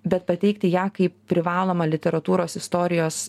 bet pateikti ją kaip privalomą literatūros istorijos